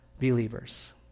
believers